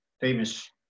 famous